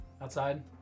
outside